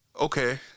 Okay